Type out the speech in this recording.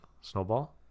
Snowball